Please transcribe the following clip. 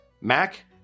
Mac